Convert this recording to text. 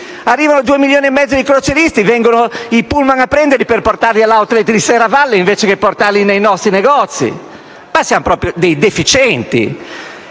Arrivano due milioni e mezzo di croceristi, vengono i pullman a prenderli per portarli all'*outlet* di Serravalle, invece che portarli nei nostri negozi! Ma siamo proprio dei deficienti!